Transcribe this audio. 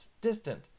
distant